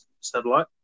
satellite